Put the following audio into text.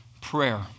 prayer